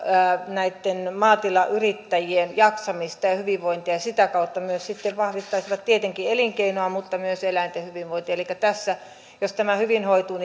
näitten maatilayrittäjien jaksamista ja ja hyvinvointia ja sitä kautta myös sitten vahvistaisivat tietenkin elinkeinoa mutta myös eläinten hyvinvointia elikkä jos tämä hyvin hoituu